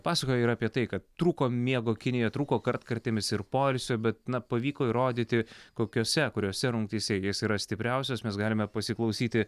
pasakojo ir apie tai kad trūko miego kinijoj trūko kartkartėmis ir poilsio bet na pavyko įrodyti kokiose kuriose rungtyse jis yra stipriausias mes galime pasiklausyti